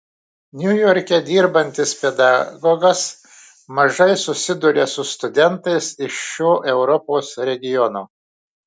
niujorke dirbantis pedagogas mažai susiduria su studentais iš šio europos regiono